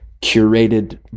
curated